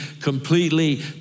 completely